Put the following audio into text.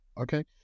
Okay